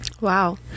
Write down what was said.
Wow